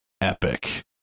epic